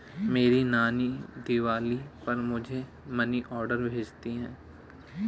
मेरी नानी दिवाली पर मुझे मनी ऑर्डर भेजती है